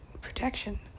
protection